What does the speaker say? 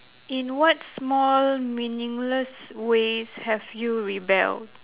in what small meaningless ways have you rebel